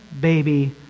baby